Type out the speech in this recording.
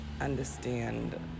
understand